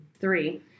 Three